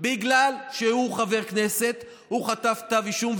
בגלל שהוא חבר כנסת הוא חטף כתב אישום,